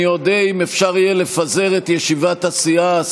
אני אודה אם אפשר יהיה לפזר את ישיבת הסיעה.